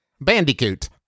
Bandicoot